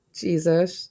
jesus